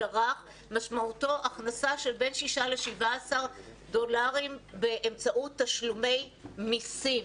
הרך משמעותו הכנסה של בין שישה ל-17 דולרים באמצעות תשלומי מיסים.